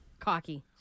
Cocky